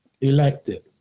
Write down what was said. elected